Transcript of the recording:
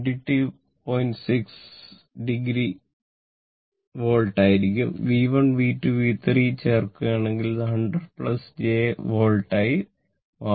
6 o volt ആയിരിക്കും V1 V2 V3 ചേർക്കുകയാണെങ്കിൽ അത് 100 j വോൾട്ടായി മാറും